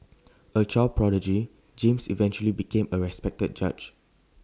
A child prodigy James eventually became A respected judge